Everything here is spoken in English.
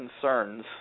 concerns